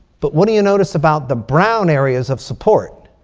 but what do you notice about the brown areas of support?